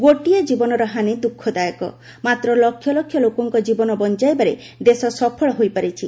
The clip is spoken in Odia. ଗୋଟିଏ ଜୀବନର ହାନି ଦୁଃଖଦାୟକ ମାତ୍ର ଲକ୍ଷ ଲକ୍ଷ ଜୀବନ ବଞ୍ଚାଇବାରେ ଦେଶ ସଫଳ ହୋଇପାରିଛି